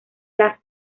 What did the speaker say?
las